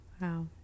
Wow